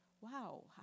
wow